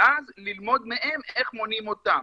ואז ללמוד מהם איך מונעים אותם.